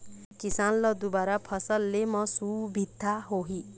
किसान ल दुबारा फसल ले म सुभिता होही